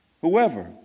Whoever